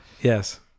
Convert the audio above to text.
Yes